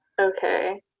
Okay